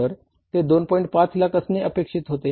5 लाख असणेच अपेक्षित होते